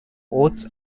oats